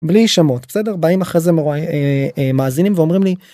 בלי שמות בסדר באים אחרי זה מרואיי... מאזינים ואומרים לי.